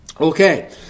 Okay